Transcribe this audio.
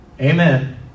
Amen